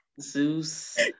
Zeus